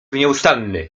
nieustanny